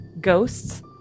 ghosts